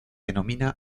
denomina